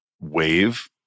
wave